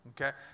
Okay